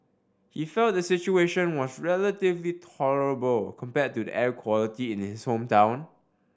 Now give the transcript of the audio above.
he felt the situation was relatively tolerable compared to the air quality in his hometown